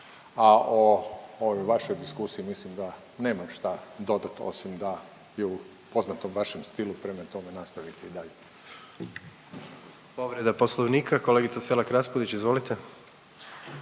ovoj vašoj diskusiji mislim da nemam šta dodat osim da je u poznatom vašem stilu, prema tome nastavite i dalje.